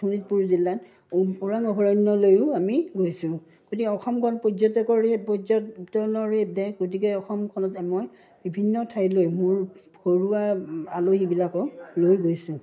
শোণিতপুৰ জিলাত ওৰাং অভয়াৰণ্যলৈও আমি গৈছোঁ গতিকে অসমখন পৰ্যটকৰে পৰ্যটনৰে দেশ গতিকে অসমখনত মই বিভিন্ন ঠাইলৈ মোৰ ঘৰুৱা আলহীবিলাকক লৈ গৈছোঁ